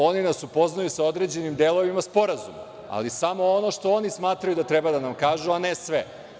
Oni nas upoznaju sa određenim delovima sporazuma, ali samo ono što oni smatraju da treba da nam kažu, a ne sve.